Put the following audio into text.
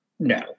No